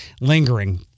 lingering